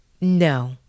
No